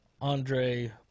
Andre